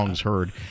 heard